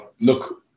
look